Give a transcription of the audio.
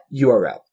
URL